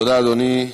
תודה, אדוני.